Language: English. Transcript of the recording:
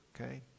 Okay